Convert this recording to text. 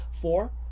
four